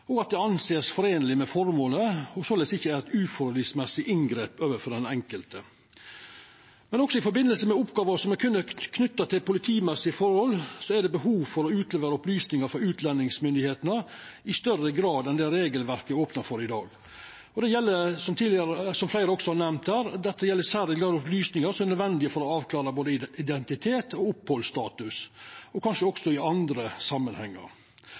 og at det vert rekna for å vera i samsvar med føremålet og soleis ikkje er eit uforholdsmessig inngrep overfor den enkelte. Også i forbindelse med oppgåver som berre er knytte til politimessige forhold, er det behov for å utlevera opplysningar frå utlendingsmyndigheitene i større grad enn det regelverket opnar for i dag. Som fleire også har nemnt her, gjeld dette i særleg grad opplysningar som er nødvendige for å avklara både identitet og opphaldsstatus, og kanskje også i andre samanhengar.